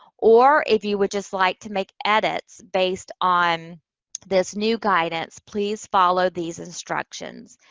or if you would just like to make edits based on this new guidance, please follow these instructions.